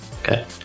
Okay